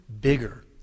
bigger